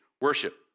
worship